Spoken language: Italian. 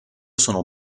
sono